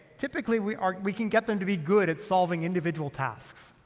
typically, we um we can get them to be good at solving individual tasks.